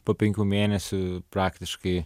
po penkių mėnesių praktiškai